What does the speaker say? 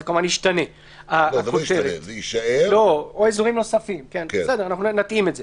נתאים את זה.